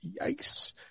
Yikes